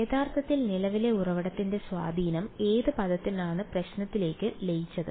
യഥാർത്ഥത്തിൽ നിലവിലെ ഉറവിടത്തിന്റെ സ്വാധീനം ഏത് പദത്തിലാണ് പ്രശ്നത്തിലേക്ക് ലയിച്ചത്